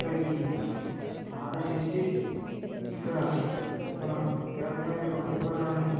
ఇక్కడికి ఆకర్షించి ఇక్కడ మన తెలంగాణ యొక్క గొప్పతనాన్ని